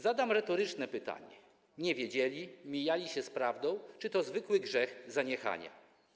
Zadam retoryczne pytanie: Nie wiedzieli, mijali się z prawdą czy to zwykły grzech zaniechania?